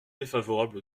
défavorable